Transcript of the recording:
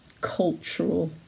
cultural